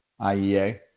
IEA